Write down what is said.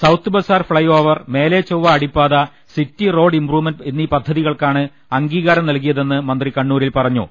south Bazar flyover മേലെ ചൊവ്വ അടിപ്പാത city road improvement എന്നീ പദ്ധതി കൾക്കാണ് അംഗീകാരം നൽകിയതെന്ന് മന്ത്രി കണ്ണൂ രിൽ പറഞ്ഞു